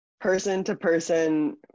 person-to-person